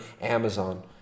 Amazon